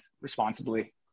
responsibly